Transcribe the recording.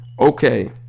Okay